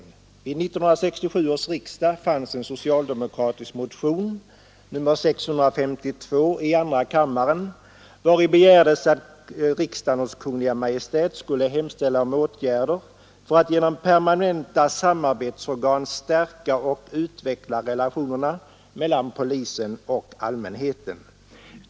Vid 1967 års riksdag fanns det en socialdemokratisk motion — nr 652 i andra kammaren — vari begärdes att riksdagen hos Kungl. Maj:t skulle hemställa om åtgärder för att genom permanenta samarbetsorgan stärka och utveckla relationerna mellan polisen och allmänheten.